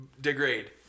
degrade